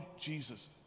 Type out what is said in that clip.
Jesus